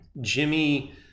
Jimmy